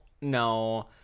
no